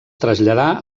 traslladà